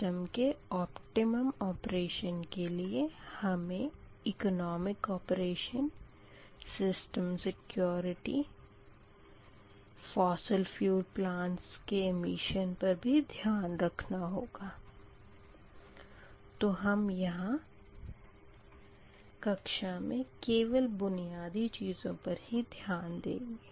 system के optimum operation के लिए हमें इकनॉमिक ऑपरेशन सिस्टम सिक्योरिटी जीवाश्म इंधन प्लांट्स के उत्सर्जन पर भी ध्यान रखना होगा तो हम यहाँ कक्षा में केवल बुनियादी चीज़ों पर ही ध्यान देंगे